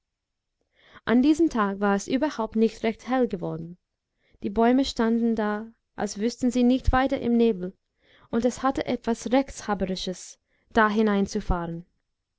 an diesem tag war es überhaupt nicht recht hell geworden die bäume standen da als wüßten sie nicht weiter im nebel und es hatte etwas rechthaberisches dahinein zu fahren